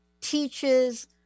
teaches